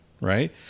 right